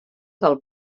del